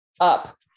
up